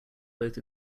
both